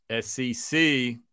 SEC –